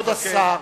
כבוד השר,